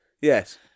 Yes